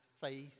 faith